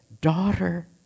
Daughter